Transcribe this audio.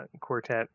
quartet